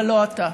אבל לא אתה.